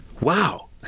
Wow